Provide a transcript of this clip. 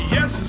Yes